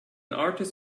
artist